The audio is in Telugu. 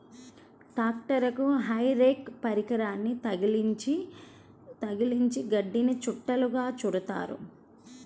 ట్రాక్టరుకి హే రేక్ పరికరాన్ని తగిలించి గడ్డిని చుట్టలుగా చుడుతారు